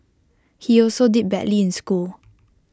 he also did badly in school